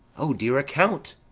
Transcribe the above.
o dear account!